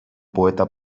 poeta